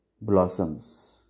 blossoms